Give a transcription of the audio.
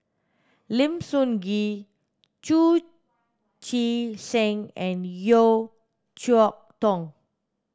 Lim Sun Gee Chu Chee Seng and Yeo Cheow Tong